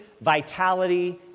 vitality